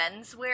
menswear